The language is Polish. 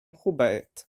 hubert